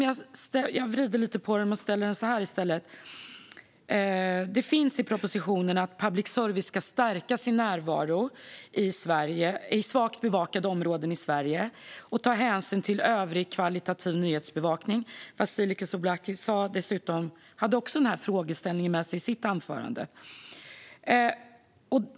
Jag vrider lite på den. Det finns med i propositionen att public service ska stärka sin närvaro i svagt bevakade områden i Sverige och ta hänsyn till övrig kvalitativ nyhetsbevakning. Vasiliki Tsouplaki hade också med den frågeställningen i sitt anförande.